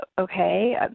Okay